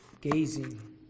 gazing